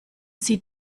sie